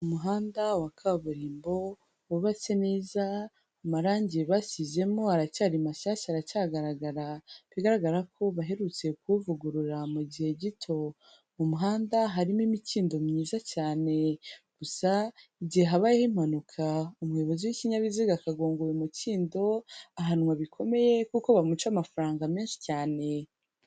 Umuhanda wa kaburimbo wubatse neza, amarangi basizemo aracyari mashyashya aracyagaragara, bigaragara ko baherutse kuwuvugurura mu gihe gito, mu muhanda harimo imikindo myiza cyane, gusa igihe habayeho impanuka, umuyobozi w'ikinyabiziga akagonga uyu umukindo, ahanwa bikomeye kuko bamuca amafaranga menshi cyane.